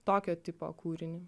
tokio tipo kūrinį